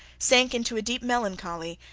sank into a deep melancholy,